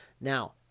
Now